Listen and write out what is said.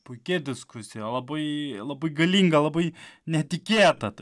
puiki diskusija labai labai galinga labai netikėta